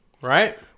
right